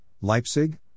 Leipzig